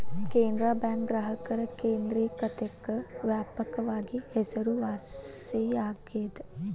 Canara bank ಗ್ರಾಹಕರ ಕೇಂದ್ರಿಕತೆಕ್ಕ ವ್ಯಾಪಕವಾಗಿ ಹೆಸರುವಾಸಿಯಾಗೆದ